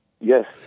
Yes